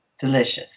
delicious